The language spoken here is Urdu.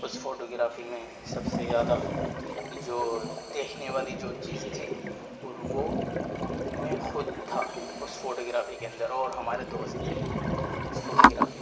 اس فوٹوگرافی میں سب سے زیادہ جو دیکھنے والی جو چیز تھی اور وہ میں خود تھا اس فوٹوگرافی کے اندر اور ہمارے دوست تھے اس فوٹوگرافی